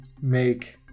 make